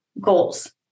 goals